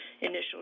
initial